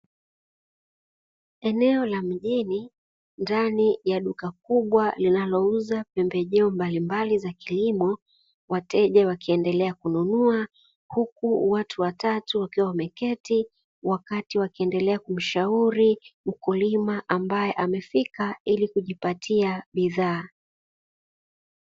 Eneo la mjini ndani ya duka kubwa linalouza pembejeo mbalimbali za kilimo, wateja wakiendelea kununua, huku watu watatu wakiwa wameketi wakati wakiendelea kumshauri mkulima ambaye amefika ili kijipatia bidhaa.